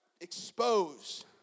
expose